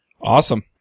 Awesome